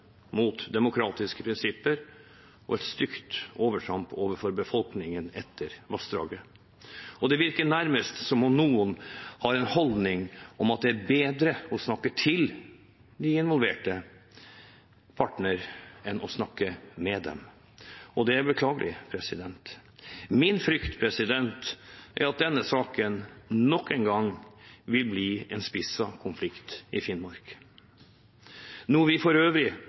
mot demokratiske prinsipper og et stygt overtramp overfor befolkningen etter vassdraget. Det virker nærmest som om noen har en holdning om at det er bedre å snakke til de involverte parter enn å snakke med dem, og det er beklagelig. Min frykt er at denne saken nok en gang vil bli en spisset konflikt i Finnmark – noe vi for øvrig